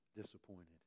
disappointed